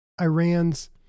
Iran's